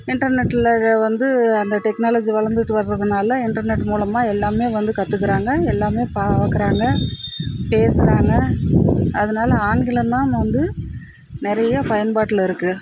இன்டர்நெட்டில் வந்து அந்த டெக்னாலஜி வளர்ந்துட்டு வரதுனால் இன்டர்நெட் மூலமாக எல்லாமே வந்து கற்றுக்குறாங்க எல்லாமே பார்க்குறாங்க பேசுகிறாங்க அதனால் ஆங்கிலம் தான் வந்து நிறைய பயன்பாட்டில் இருக்குது